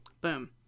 Boom